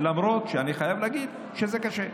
שאני חייב להגיד שזה קשה,